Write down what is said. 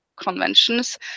conventions